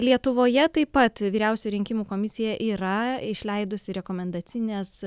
lietuvoje taip pat vyriausioji rinkimų komisija yra išleidusi rekomendacines